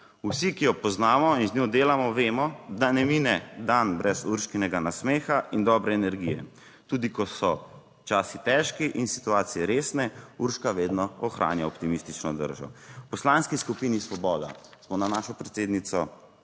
Vsi, ki jo poznamo in z njo delamo, vemo, da ne mine dan brez Urškinega nasmeha in dobre energije. Tudi ko so časi težki in situacije resne, Urška vedno ohranja optimistično držo. V Poslanski skupini Svoboda smo na našo predsednico